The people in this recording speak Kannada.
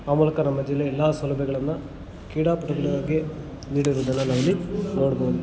ಆ ಮೂಲಕ ನಮ್ಮ ಜಿಲ್ಲೆ ಎಲ್ಲ ಸೌಲಭ್ಯಗಳನ್ನು ಕ್ರೀಡಾಪಟುಗಳ್ಗಾಗಿ ನೀಡಿರೋದನ್ನ ನಾವಿಲ್ಲಿ ನೋಡ್ಬೋದು